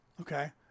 Okay